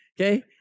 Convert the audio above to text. Okay